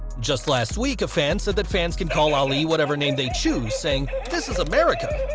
just last week, a fan said that fans can call ali whatever name they choose, saying this is america,